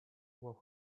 were